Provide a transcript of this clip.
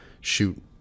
shoot